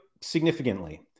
significantly